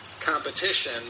competition